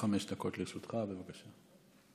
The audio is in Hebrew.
חמש דקות לרשותך, בבקשה.